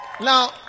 Now